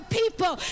people